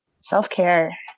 Self-care